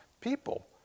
people